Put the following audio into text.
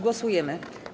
Głosujemy.